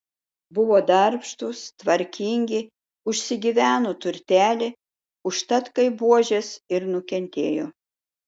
buvo darbštūs tvarkingi užsigyveno turtelį užtat kaip buožės ir nukentėjo